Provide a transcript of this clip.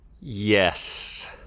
Yes